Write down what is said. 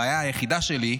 הבעיה היחידה שלי,